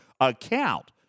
account